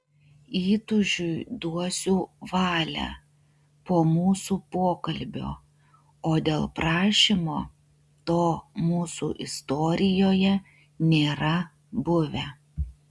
įtūžiui duosiu valią po mūsų pokalbio o dėl prašymo to mūsų istorijoje nėra buvę